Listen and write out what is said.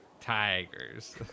Tigers